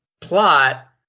plot